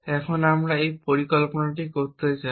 এখন আমরা এই পরিকল্পনাটি করতে চাই